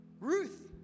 Ruth